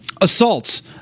assaults